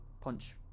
punch